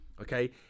okay